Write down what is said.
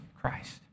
Christ